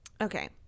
Okay